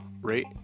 rate